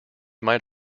might